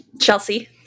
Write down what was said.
chelsea